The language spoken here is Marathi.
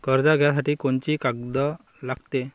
कर्ज घ्यासाठी कोनची कागद लागते?